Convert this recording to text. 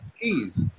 Please